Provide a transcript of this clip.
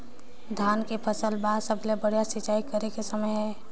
धान के फसल बार सबले बढ़िया सिंचाई करे के समय हे?